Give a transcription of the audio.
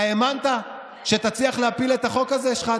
אתה האמנת שתצליח להפיל את החוק הזה, שחאדה?